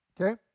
okay